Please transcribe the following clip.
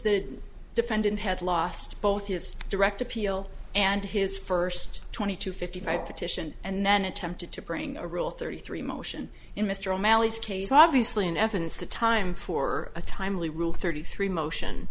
the defendant had lost both his direct appeal and his first twenty two fifty five petition and then attempted to bring a rule thirty three motion in mr o'malley's case obviously in evidence the time for a timely rule thirty three motion